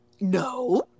no